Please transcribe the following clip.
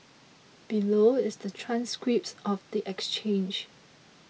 below is the transcripts of the exchange